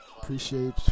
Appreciate